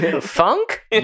Funk